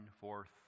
forth